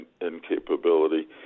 incapability